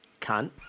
Cunt